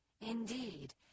indeed